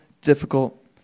difficult